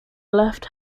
left